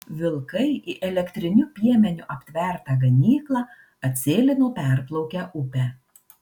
vilkai į elektriniu piemeniu aptvertą ganyklą atsėlino perplaukę upę